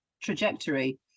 trajectory